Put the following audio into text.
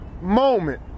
moment